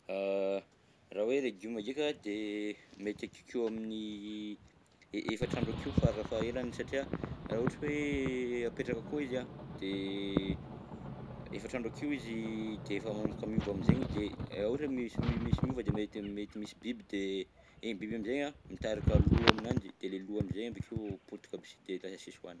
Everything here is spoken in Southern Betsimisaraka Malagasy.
Raha hoe légume ndreka de mety akekeo amin'ny e- efatra andro akeo farafahelany, satria raha ohatra ka hoe apetraka akao izy an, de efatra andro akeo izy de efa manomboka miova am'zegny izy de raha ohatra misy mi- misy miova de mety mety misy biby de iny biby amizay an, mitarika lo aminanjy, de ilay lo amizay avy akeo potika aby si, de lasa sisy ohanina.